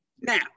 Now